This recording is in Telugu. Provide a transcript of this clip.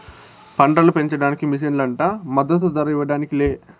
పంటలు పెంచడానికి మిషన్లు అంట మద్దదు ధర ఇవ్వడానికి లే